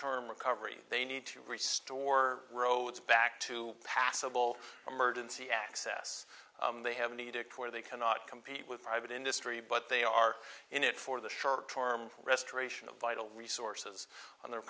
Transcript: term recovery they need to restore roads back to passable emergency access they have needed before they cannot compete with private industry but they are in it for the short term restoration of vital resources on the